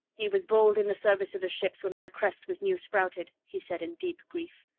he was bald in the service of the ships when my crest was new-sprouted, he said in deep grief.